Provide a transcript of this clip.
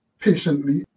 patiently